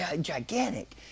gigantic